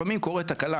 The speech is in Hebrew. לפעמים קורית תקלה,